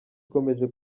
ikomeje